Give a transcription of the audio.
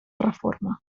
reforma